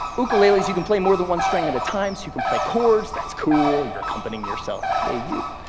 ukuleles, you can play more than one string at a time, so you can play chords, that's cool, you are accompanying yourself, yay you.